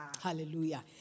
Hallelujah